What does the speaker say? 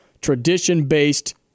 tradition-based